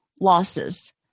losses